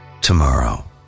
tomorrow